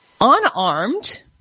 Unarmed